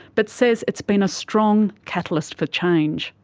but says it's been a strong catalyst for change.